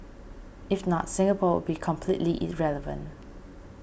if not Singapore would be completely irrelevant